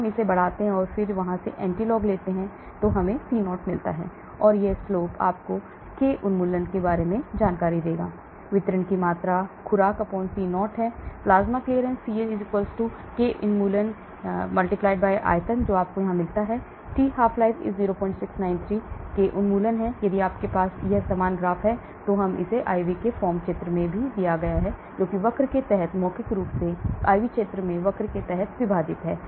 तो हम इसे बढ़ाते हैं और फिर वहां से एंटी लॉग लेते हैं हमें C0 मिलता है और यह slope आपको K उन्मूलन देगा वितरण की मात्रा खुराक C0 है प्लाज्मा क्लीयरेंस Cl K उन्मूलन आयतन जो आपको यहाँ से मिलता है t प्लाज्मा अर्ध जीवन काल 0693 K उन्मूलन यदि आपके पास यह समान ग्राफ है जब इसे IV फॉर्म क्षेत्र में दिया गया है जो कि वक्र के तहत मौखिक रूप से IV क्षेत्र में वक्र के तहत विभाजित है